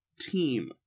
team